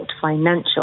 financial